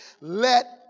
Let